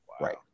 Right